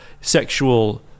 sexual